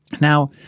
Now